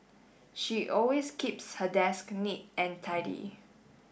she always keeps her desk neat and tidy